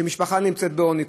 של משפחה שנמצאת בעוני,